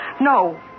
no